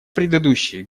предыдущие